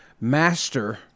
master